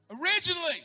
Originally